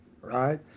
right